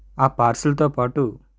ఆ పార్సెల్తో పాటు